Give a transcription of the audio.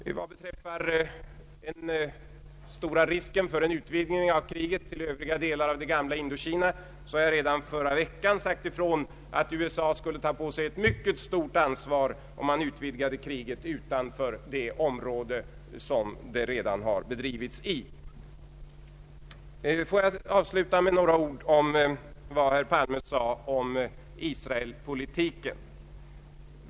Vad beträffar den stora risken för en utvidgning av kriget till övriga delar av det gamla Indokina har jag redan förra veckan sagt ifrån att USA skulle ta på sig ett mycket stort ansvar om man utvidgade kriget utanför det område där det redan nu bedrives. Låt mig avsluta med några ord om vad herr Palme sade om Israelpolitiken.